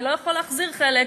אני לא יכול להחזיר חלק,